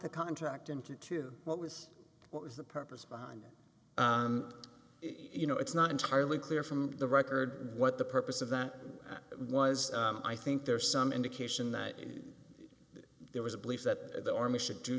the contract in q two what was what was the purpose behind it you know it's not entirely clear from the record what the purpose of that was i think there's some indication that in there was a belief that the army should do